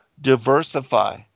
diversify